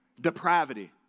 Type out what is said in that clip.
Depravity